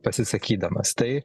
pasisakydamas tai